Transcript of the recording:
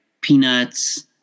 peanuts